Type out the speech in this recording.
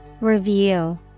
review